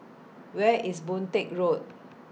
Where IS Boon Teck Road